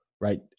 Right